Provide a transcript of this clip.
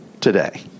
today